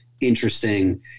interesting